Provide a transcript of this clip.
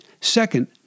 Second